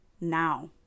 Now